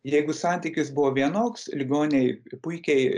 jeigu santykis buvo vienoks ligoniai puikiai